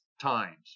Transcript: times